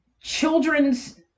children's